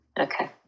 Okay